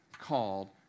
called